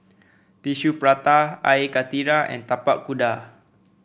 Tissue Prata Air Karthira and Tapak Kuda